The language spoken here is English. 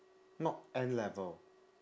not N-level